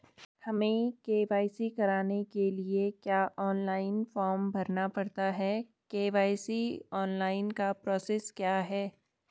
हमें के.वाई.सी कराने के लिए क्या ऑनलाइन फॉर्म भरना पड़ता है के.वाई.सी ऑनलाइन का प्रोसेस क्या है?